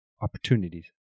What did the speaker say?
opportunities